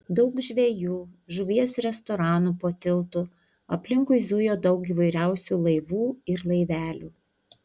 daug žvejų žuvies restoranų po tiltu aplinkui zujo daug įvairiausių laivų ir laivelių